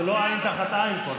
זה לא עין תחת עין פה,